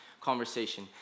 conversation